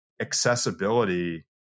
accessibility